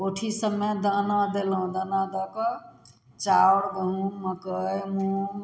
कोठी सबमे दाना देलहुँ दाना दऽ कऽ चाउर गहूँम मकै मुँग